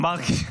השר מרגי,